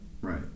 Right